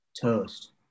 toast